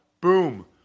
boom